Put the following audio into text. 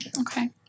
Okay